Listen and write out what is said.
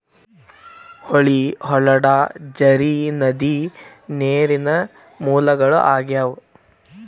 ಹೊಳಿ, ಹೊಳಡಾ, ಝರಿ, ನದಿ ನೇರಿನ ಮೂಲಗಳು ಆಗ್ಯಾವ